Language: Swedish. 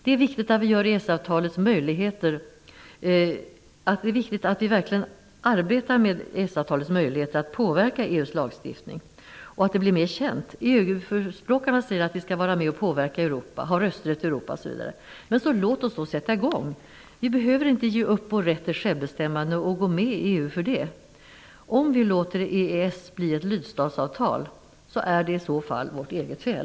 Det är viktigt att vi verkligen arbetar med EES avtalets möjligheter att påverka EU:s lagstiftning, och att de blir mer kända. EU-förespråkarna säger att vi skall vara med och påverka i Europa, ha rösträtt i Europa osv. Men så låt oss då sätta i gång! Vi behöver inte ge upp vår rätt till självbestämmande och gå med i EU för det. Om vi låter EES-avtalet bli ett lydstatsavtal är det i så fall vårt eget fel.